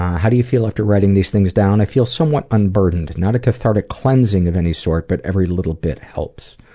how do you feel after writing these things down? i feel somewhat unburdened. not a cathartic cleansing of any sort but every little bit helps.